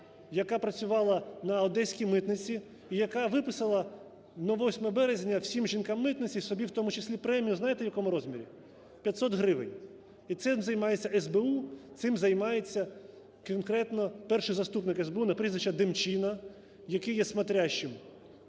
яка працювала на одеській митниці і яка виписала на 8 березня всім жінкам митниці, собі в тому числі, премію. Знаєте в якому розмірі? 500 гривень. І цим займається СБУ, цим займається конкретно Перший заступник СБУ на прізвище Демчина, який є смотрящим